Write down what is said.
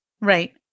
Right